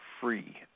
free